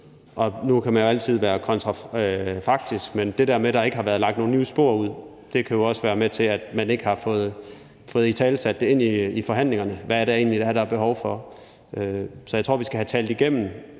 Nu kan man jo altid være kontrafaktisk, men det der med, at der ikke har været lagt nogen nye spor ud, kan jo også have betydet, at man ikke i forhandlingerne har fået italesat, hvad der egentlig er behov for. Så jeg tror, vi skal have talt igennem,